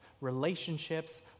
relationships